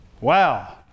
Wow